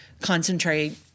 concentrate